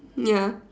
ya